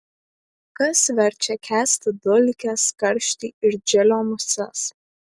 kas verčia kęsti dulkes karštį ir džilio muses